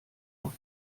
auf